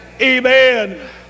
Amen